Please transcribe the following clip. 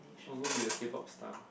I want go be a K-pop star